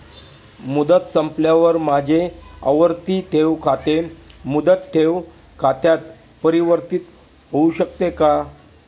मुदत संपल्यावर माझे आवर्ती ठेव खाते मुदत ठेव खात्यात परिवर्तीत होऊ शकते का?